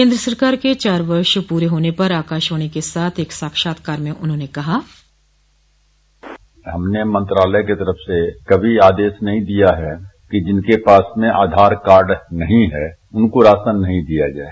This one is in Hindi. केन्द्र सरकार के चार वर्ष पूरे होने पर आकाशवाणी के साथ एक साक्षात्कार में उन्होंने कहा बाइट हमने मंत्रालय की तरफ से कभी आदेश नहीं दिया है कि जिनके पास में आधार कार्ड नहीं है उनको राशन नहीं दिया जाये